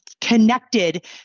connected